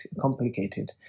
complicated